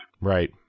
Right